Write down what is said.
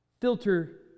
filter